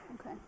Okay